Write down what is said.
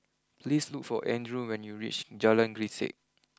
please look for Andrew when you reach Jalan Grisek